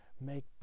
make